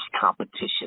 competition